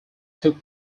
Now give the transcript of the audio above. took